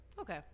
Okay